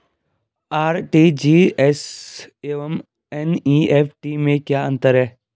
RTGS एवं NEFT में क्या अंतर है?